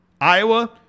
Iowa